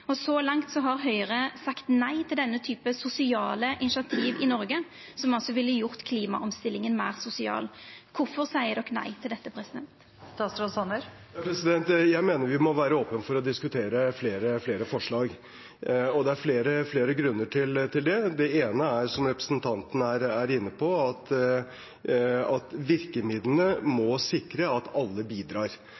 inntektene. Så langt har Høgre sagt nei til denne typen sosiale initiativ i Noreg, som altså ville gjort klimaomstillinga meir sosial. Kvifor seier dei nei til dette? Jeg mener vi må være åpne for å diskutere flere forslag. Det er flere grunner til det: Den ene er, som representanten er inne på, at virkemidlene må